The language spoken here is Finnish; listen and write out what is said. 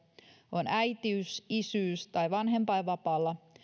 on äitiys isyys tai vanhempainvapaalla